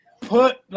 put